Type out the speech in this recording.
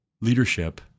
leadership